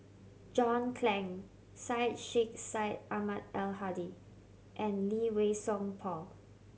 John Clang Syed Sheikh Syed Ahmad Al Hadi and Lee Wei Song Paul